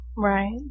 Right